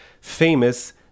famous